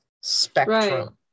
spectrum